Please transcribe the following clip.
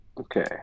Okay